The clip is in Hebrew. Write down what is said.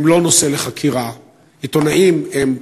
הם נושאים תעודות עיתונאי של לשכת העיתונות הממשלתית,